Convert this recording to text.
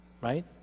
Right